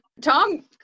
Tom